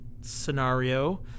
scenario